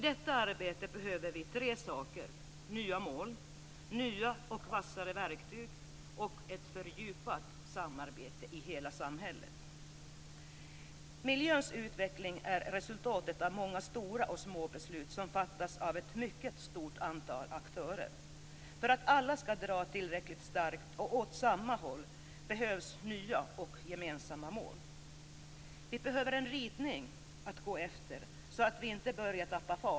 I detta arbete behöver vi tre saker, nämligen nya mål, nya och vassare verktyg och ett fördjupat samarbete i hela samhället. Miljöns utveckling är resultatet av många stora och små beslut som fattas av ett mycket stort antal aktörer. För att alla skall dra tillräckligt starkt och åt samma håll behövs nya och gemensamma mål.